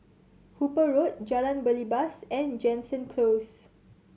Hooper Road Jalan Belibas and Jansen Close